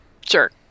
sure